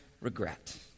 regret